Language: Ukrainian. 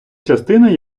частина